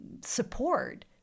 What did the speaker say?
support